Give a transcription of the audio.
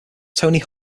tony